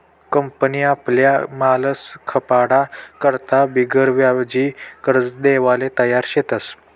company आपला माल खपाडा करता बिगरव्याजी कर्ज देवाले तयार शेतस